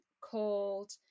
called